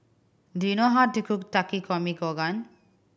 do you know how to cook Takikomi Gohan